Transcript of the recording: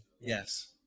Yes